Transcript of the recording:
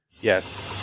yes